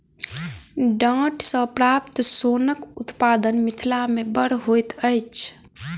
डांट सॅ प्राप्त सोनक उत्पादन मिथिला मे बड़ होइत अछि